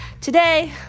Today